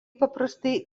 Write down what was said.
paprastai